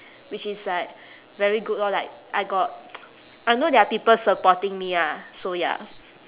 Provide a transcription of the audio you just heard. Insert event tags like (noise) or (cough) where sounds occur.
which is like very good lor like I got (noise) I know there are people supporting me ah so ya